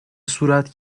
صورت